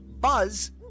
Buzz